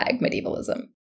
medievalism